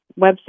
website